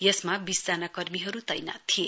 यसमा वीसजना कर्मीहरु तैनात थिए